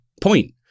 point